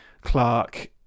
Clark